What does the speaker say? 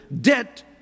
debt